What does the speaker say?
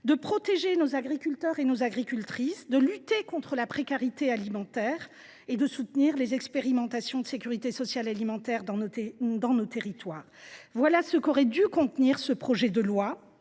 de protéger nos agriculteurs et nos agricultrices, de lutter contre la précarité alimentaire, et de soutenir les expérimentations de sécurité sociale alimentaire dans nos territoires. Voilà ce qu’aurait dû contenir ce projet de loi,